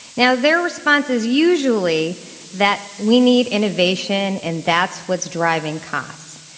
now, their response is usually that we need innovation, and that's what's driving costs.